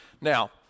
Now